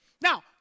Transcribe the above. Now